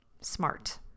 smart